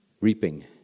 reaping